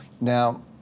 Now